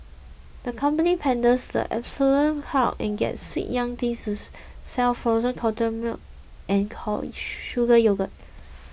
the company panders to the adolescent crowd and gets sweet young things to sell frozen cultured milk and sugar yogurt